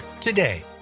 today